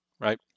right